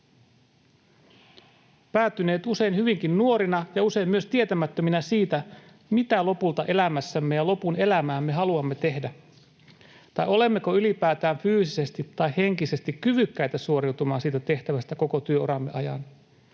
päätyneet usein hyvinkin nuorina ja usein myös tietämättöminä siitä, mitä lopulta elämässämme ja lopun elämäämme haluamme tehdä, tai olemmeko ylipäätään fyysisesti tai henkisesti kyvykkäitä suoriutumaan siitä tehtävästä koko työuramme ajan,